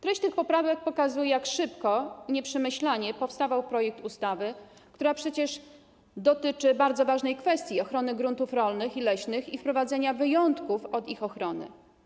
Treść tych poprawek pokazuje, jak szybko i nieprzemyślanie powstawał projekt ustawy, która przecież dotyczy bardzo ważnej kwestii: ochrony gruntów rolnych i leśnych i wprowadzenia wyjątków od ich ochrony.